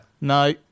No